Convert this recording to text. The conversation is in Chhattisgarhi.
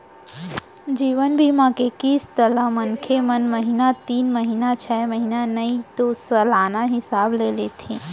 जीवन बीमा के किस्त ल मनसे मन महिना तीन महिना छै महिना नइ तो सलाना हिसाब ले देथे